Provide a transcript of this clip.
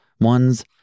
ones